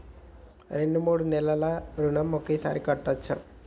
రెండు మూడు నెలల ఋణం ఒకేసారి కట్టచ్చా?